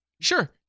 sure